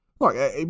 Look